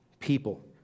people